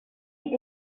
eat